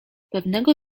pewnego